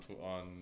on